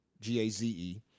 G-A-Z-E